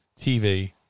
TV